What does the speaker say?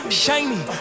shiny